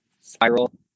spiral